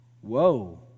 Whoa